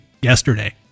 yesterday